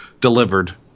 delivered